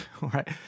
right